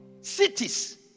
Cities